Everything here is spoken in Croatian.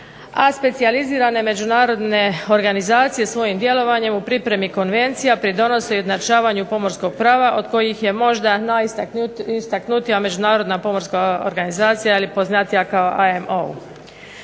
a specijalizirane međunarodne organizacije svojim djelovanjem u pripremi konvencija pridonose i ujednačavanju pomorskog prava od kojih je možda najistaknutija međunarodna pomorska organizacija ili poznatija kao IMO.